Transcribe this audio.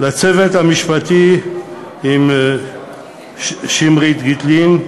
לצוות המשפטי עם שמרית גיטלין,